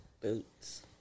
Boots